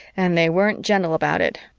and they weren't gentle about it.